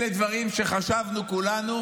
אלה דברים שחשבנו כולנו